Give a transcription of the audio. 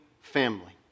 family